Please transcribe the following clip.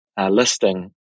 listing